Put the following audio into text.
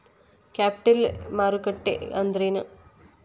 Capital ಮಾರುಕಟ್ಟಿ ಅಂದ್ರೇನ?